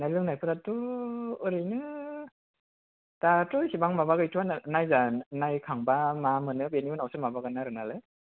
जानाय लोंनायफ्राथ' ओरैनो दाथ' एसेबां माबा गैथवा नायजा नायखांबा मा मोनो बेनि उनावसो माबागोन आरो नालाय